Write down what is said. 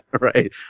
Right